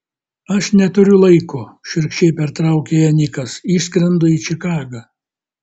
aš neturiu laiko šiurkščiai pertraukė ją nikas išskrendu į čikagą